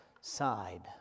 side